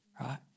right